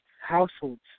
households